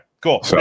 cool